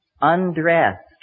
undressed